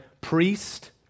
priest